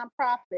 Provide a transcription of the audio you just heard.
nonprofit